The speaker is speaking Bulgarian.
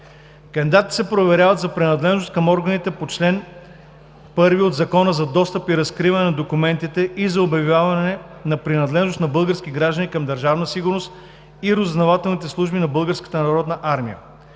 Кандидатите се проверяват за принадлежност към органите по чл. 1 от Закона за достъп и разкриване на документите и за обявяване на принадлежност на български граждани към Държавна сигурност и разузнавателните служби на